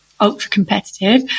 ultra-competitive